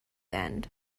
end